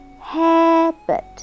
Habit